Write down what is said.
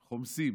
חומסים.